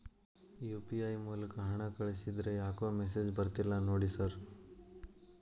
UPI ಮೂಲಕ ಹಣ ಕಳಿಸಿದ್ರ ಯಾಕೋ ಮೆಸೇಜ್ ಬರ್ತಿಲ್ಲ ನೋಡಿ ಸರ್?